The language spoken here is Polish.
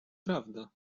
prawda